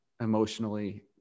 emotionally